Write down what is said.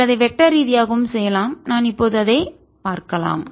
நீங்கள் அதை வெக்டர் ரீதியாகவும் செய்யலாம் நம் இப்போது அதை பார்க்கலாம்